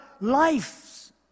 lives